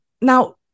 Now